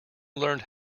learned